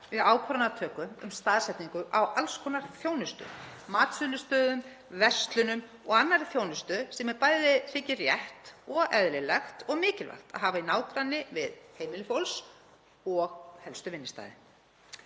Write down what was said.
við ákvarðanatöku um staðsetningu á alls konar þjónustu; matsölustöðum, verslunum og annarri þjónustu sem bæði þykir rétt og eðlilegt og mikilvægt að hafa í nágrenni við heimili fólks og helstu vinnustaði.